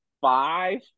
five